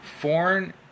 Foreign